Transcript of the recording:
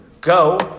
Go